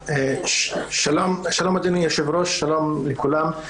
שלום, אדוני היושב-ראש, שלום לכולם.